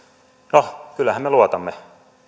no kyllähän me luotamme